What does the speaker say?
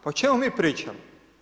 Pa o čemu mi pričamo?